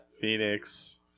Phoenix